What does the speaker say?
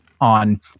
on